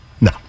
No